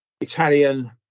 Italian